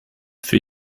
für